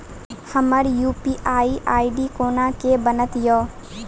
हमर UPI ID कोना के बनत यो?